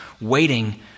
waiting